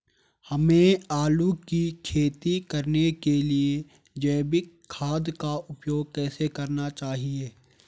हमें आलू की खेती करने के लिए जैविक खाद का उपयोग कैसे करना चाहिए?